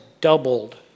doubled